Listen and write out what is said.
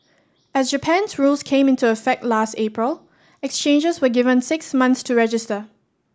as Japan's rules came into effect last April exchanges were given six months to register